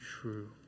true